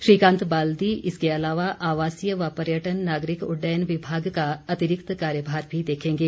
श्रीकांत बाल्दी इसके अलावा आवासीय व पर्यटन नागरिक उड्डयन विभाग का अतिरिक्त कार्यभार भी देखेंगे